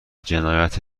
جنایت